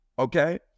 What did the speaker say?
Okay